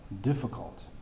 difficult